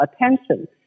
attention